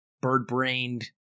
bird-brained